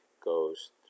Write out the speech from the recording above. goes